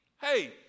hey